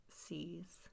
sees